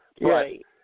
Right